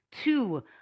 two